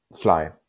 fly